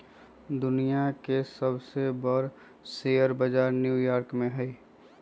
दुनिया के सबसे बर शेयर बजार न्यू यॉर्क में हई